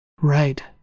Right